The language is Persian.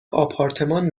آپارتمان